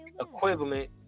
equivalent